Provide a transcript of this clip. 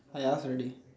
I ask already